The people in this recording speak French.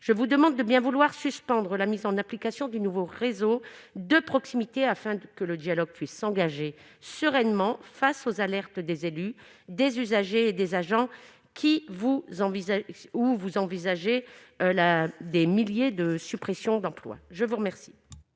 je vous demande de bien vouloir suspendre la mise en application du nouveau réseau de proximité afin que le dialogue puisse s'engager sereinement face aux alertes des élus, des usagers et des agents qui vous envisagez ou vous envisagez la des milliers de suppressions d'emplois, je vous remercie.